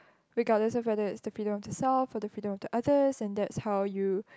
regardless of whether it's the freedom of the self or the freedom of others and that's how you